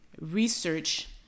research